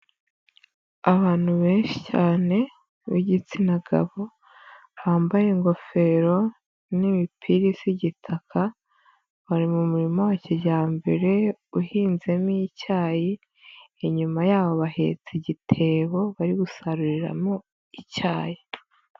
Abantu benshi cyane b'igitsina gabo, bambaye ingofero n'imipira isa igitaka, bari mu murima wa kijyambere uhinzemo icyayi, inyuma yabo bahetse igitebo bari gusaruriramo icyayi.